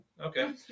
Okay